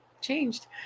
changed